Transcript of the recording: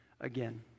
again